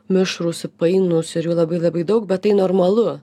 mišrūs ir painus ir jų labai labai daug bet tai normalu